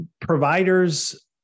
providers